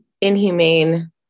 inhumane